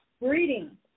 reading